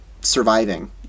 surviving